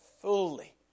fully